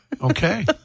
Okay